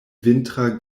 vintra